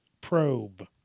probe